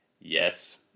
Yes